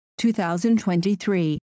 2023